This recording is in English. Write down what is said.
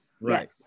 Right